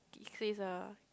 it says lah